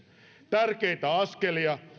tärkeitä askelia